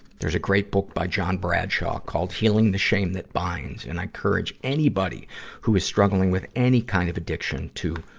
there's a great book by john bradshaw called healing the shame that binds. and i encourage anybody who is struggling with any kind of addiction to,